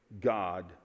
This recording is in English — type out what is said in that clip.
God